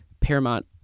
paramount